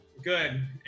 Good